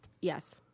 yes